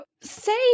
say